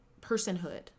personhood